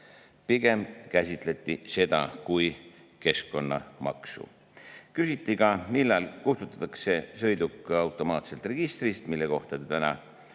Pigem käsitleti seda kui keskkonnamaksu. Küsiti ka, millal kustutatakse sõiduk automaatselt registrist. Sellele olete te täna